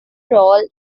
role